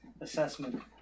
assessment